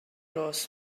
ros